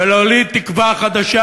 ולהוליד תקווה חדשה,